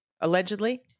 allegedly